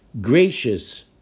gracious